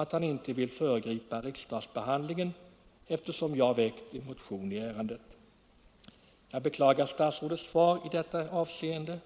att han inte vill föregripa riksdagsbehandlingen av den av mig väckta motionen i ärendet. Jag beklagar statsrådets svar på den punkten.